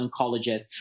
oncologist